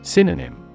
Synonym